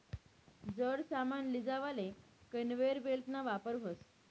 जड सामान लीजावाले कन्वेयर बेल्टना वापर व्हस